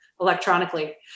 electronically